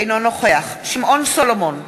אינו נוכח שמעון סולומון,